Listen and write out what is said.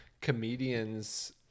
comedians